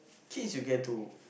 kids will get to